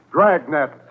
Dragnet